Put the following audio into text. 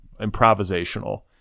improvisational